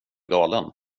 galen